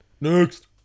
Next